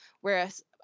Whereas